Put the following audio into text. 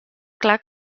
clar